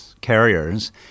carriers